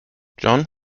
john